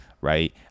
right